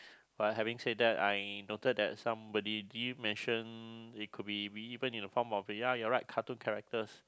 but having said that I noted that somebody did mention it could be even in the form ya you're right cartoon characters